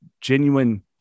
genuine